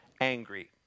angry